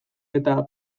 eta